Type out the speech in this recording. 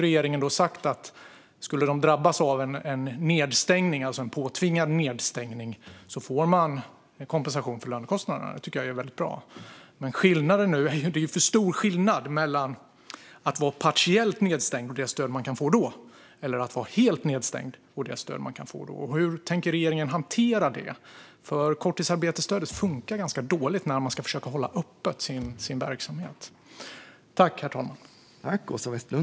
Regeringen har nu sagt att om de skulle drabbas av en påtvingad nedstängning får de en kompensation för lönekostnaderna. Det tycker jag är väldigt bra. Det är för stor skillnad mellan att vara partiellt nedstängd och det stöd de kan få då och att vara helt nedstängd och det stöd de kan få då. Hur tänker regeringen hantera det? Korttidsarbetsstödet fungerar ganska dåligt när de ska försöka hålla sin verksamhet öppen.